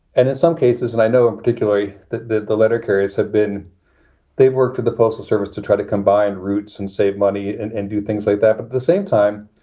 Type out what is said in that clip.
and in some cases, and i know particularly the the letter carriers have been they've worked for the postal service to try to combine routes and save money and and do things like that at the same time.